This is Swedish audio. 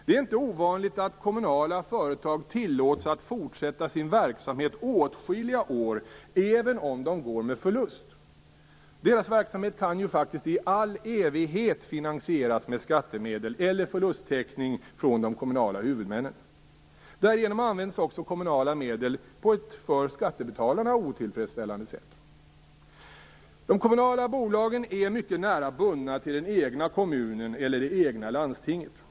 Det är inte ovanligt att kommunala företag tillåts att fortsätta sin verksamhet åtskilliga år även om de går med förlust; deras verksamhet kan ju faktiskt i all evighet finansieras med skattemedel eller förlusttäckning från de kommunala huvudmännen. Därigenom används också kommunala medel på ett för skattebetalarna otillfredsställande sätt. De kommunala bolagen är mycket nära bundna till den egna kommunen eller det egna landstinget.